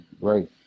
Right